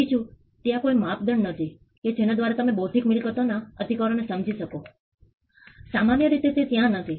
બીજું ત્યાં કોઈ માપદંડ નથી કે જેના દ્વારા તમે બૌદ્ધિક મિલકતોના અધિકારો ને સમજી શકો સામાન્ય રીતે તે ત્યાં નથી